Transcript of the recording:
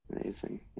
Amazing